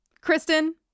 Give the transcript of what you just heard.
Kristen